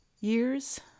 Years